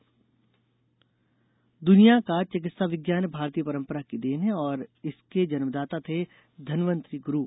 वनमेला दुनिया का चिकित्सा विज्ञान भारतीय परंपरा की देन है और इसके जन्मदाता थे धनवंतरि गुरु